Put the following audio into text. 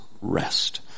rest